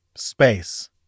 Space